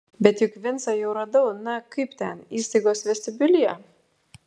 bet juk vincą jau radau na kaip ten įstaigos vestibiulyje